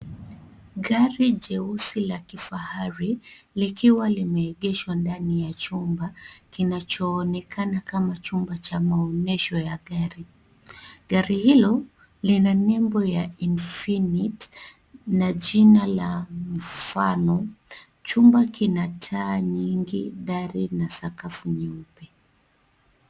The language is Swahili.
Gari jeusi la kifahari likiwa limeegeshwa ndani ya chumba kinachoonekana kama chumba cha maonesho ya gari. Gari hilo lina nembo ya infinite na jina la mfano chumba kina taa nyingi gari na sakafu nyeupe.